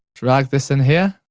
drag this in here.